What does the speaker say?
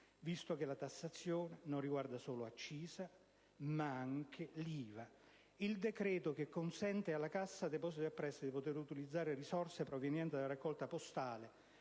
quanto la tassazione non comprende solo l'accisa ma anche l'IVA. Il decreto che consente alla Cassa depositi e prestiti di poter utilizzare risorse provenienti dalla raccolta postale